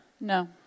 No